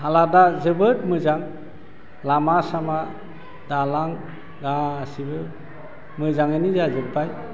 हालादा जोबोद मोजां लामा सामा दालां गासिबो मोजाङैनो जाजोबबाय